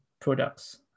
products